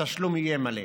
התשלום יהיה מלא.